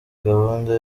gahunda